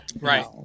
Right